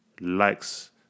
likes